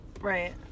Right